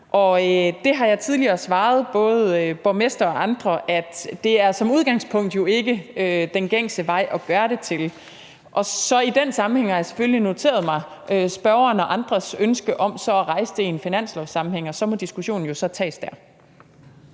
Der har jeg tidligere svaret både borgmester og andre, at det som udgangspunkt ikke er den gængse vej at gøre det, og i den sammenhæng har jeg selvfølgelig noteret mig spørgeren og andres ønske om så at rejse det i en finanslovsammenhæng, og så må diskussionen jo tages der.